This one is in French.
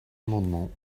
amendement